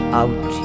out